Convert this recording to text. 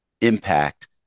impact